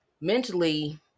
mentally